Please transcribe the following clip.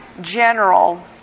general